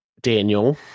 Daniel